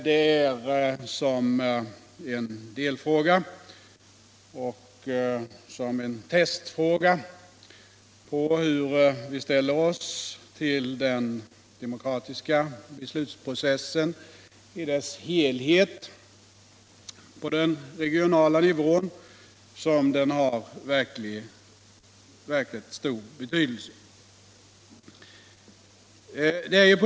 Det är som en delfråga, och som en testfråga på hur vi ställer oss till den demokratiska beslutsprocessen i dess helhet på regional nivå, som den har verkligt stor betydelse.